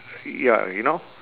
ya you know